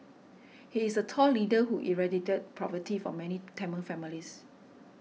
he is a tall leader who eradicated poverty from many Tamil families